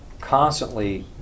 constantly